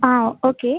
ஆ okay